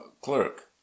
clerk